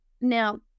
Now